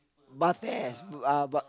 Barthez mm uh ba~